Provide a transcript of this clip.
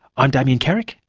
i'm damien carrick.